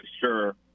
sure